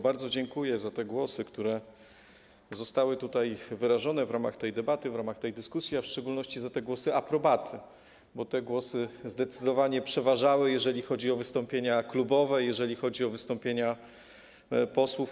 Bardzo dziękuję za głosy, które zostały wyrażone w ramach tej debaty, w ramach dyskusji, a w szczególności za głosy aprobaty, bo te głosy zdecydowanie przeważały, jeżeli chodzi o wystąpienia klubowe, jeżeli chodzi o wystąpienia posłów.